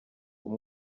umwe